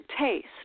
taste